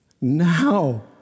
now